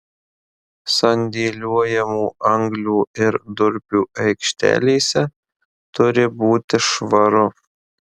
sandėliuojamų anglių ir durpių aikštelėse turi būti švaru